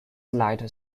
light